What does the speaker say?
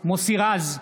מוסי רז,